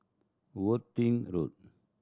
Worthing Road